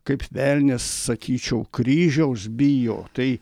kaip velnias sakyčiau kryžiaus bijo tai